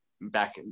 back